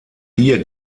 hier